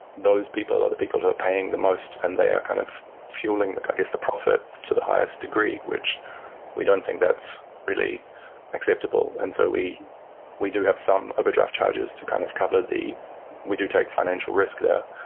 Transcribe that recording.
those people are the people who are paying the most and they're kind of fueling, i guess, the profit to the highest degree, which we don't think that's really acceptable. and so we we do have some overdraft charges to kind of cover the we do take financial risk there,